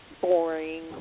boring